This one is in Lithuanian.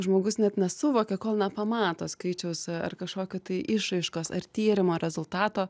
žmogus net nesuvokia kol nepamato skaičiaus ar kažkokio tai išraiškos ar tyrimo rezultato